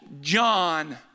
John